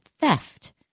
theft